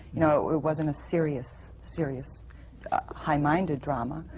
you know, it wasn't serious, serious high-minded drama.